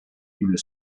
une